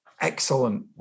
excellent